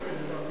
ליש"ע,